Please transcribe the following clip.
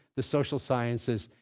the social sciences,